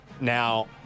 Now